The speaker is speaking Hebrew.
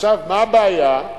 מה הבעיה?